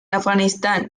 afganistán